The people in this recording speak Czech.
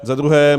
Za druhé.